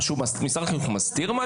משרד החינוך מסתיר?